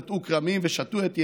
ונטעו כרמים ושתו את יינם,